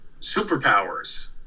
superpowers